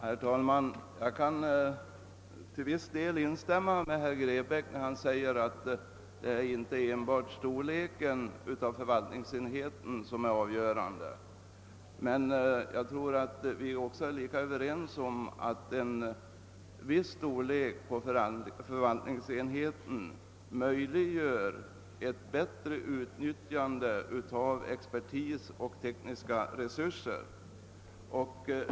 Herr talman! Jag kan till viss del instämma med herr Grebäck när han säger att det inte enbart är storleken av förvaltningsenheten som är avgörande. Jag tror dock att vi är lika överens om att en viss storlek på förvaltningsenheten möjliggör ett bättre utnyttjande av expertis och tekniska resurser.